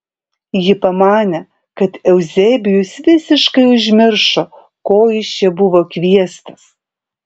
ji pamanė kad euzebijus visiškai užmiršo ko jis čia buvo kviestas